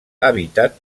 habitat